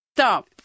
Stop